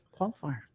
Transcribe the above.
qualifier